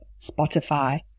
Spotify